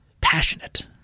passionate